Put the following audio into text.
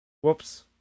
Whoops